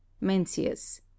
Mencius